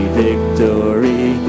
victory